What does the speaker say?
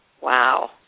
wow